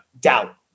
doubt